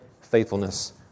faithfulness